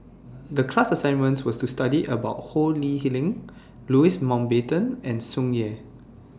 The class assignment was to study about Ho Lee Ling Louis Mountbatten and Tsung Yeh